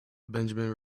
benjamin